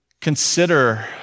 consider